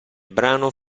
brano